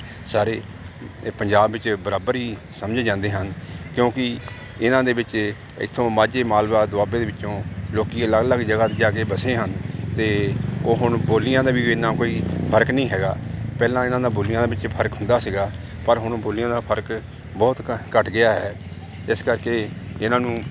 ਸਾਰੇ ਪੰਜਾਬ ਵਿੱਚ ਬਰਾਬਰ ਹੀ ਸਮਝੇ ਜਾਂਦੇ ਹਨ ਕਿਉਂਕਿ ਇਹਨਾਂ ਦੇ ਵਿੱਚ ਇੱਥੋਂ ਮਾਝੇ ਮਾਲਵਾ ਦੁਆਬੇ ਦੇ ਵਿੱਚੋਂ ਲੋਕੀ ਅਲੱਗ ਅਲੱਗ ਜਗ੍ਹਾ 'ਤੇ ਜਾ ਕੇ ਵੱਸੇ ਹਨ ਅਤੇ ਉਹ ਹੁਣ ਬੋਲੀਆਂ ਦਾ ਵੀ ਇੰਨਾ ਕੋਈ ਫਰਕ ਨਹੀਂ ਹੈਗਾ ਪਹਿਲਾਂ ਇਹਨਾਂ ਦਾ ਬੋਲੀਆਂ ਦੇ ਵਿੱਚ ਫਰਕ ਹੁੰਦਾ ਸੀਗਾ ਪਰ ਹੁਣ ਬੋਲੀਆਂ ਦਾ ਫਰਕ ਬਹੁਤ ਘੱਟ ਗਿਆ ਹੈ ਇਸ ਕਰਕੇ ਇਹਨਾਂ ਨੂੰ